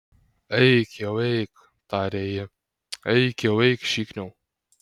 eik jau eik tarė ji eik jau eik šikniau